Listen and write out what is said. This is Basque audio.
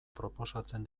proposatzen